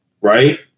right